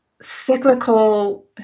cyclical